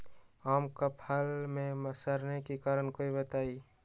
आम क फल म सरने कि कारण हई बताई?